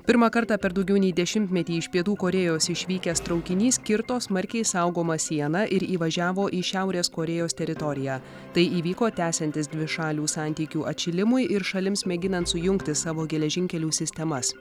pirmą kartą per daugiau nei dešimtmetį iš pietų korėjos išvykęs traukinys kirto smarkiai saugomą sieną ir įvažiavo į šiaurės korėjos teritoriją tai įvyko tęsiantis dvišalių santykių atšilimui ir šalims mėginant sujungti savo geležinkelių sistemas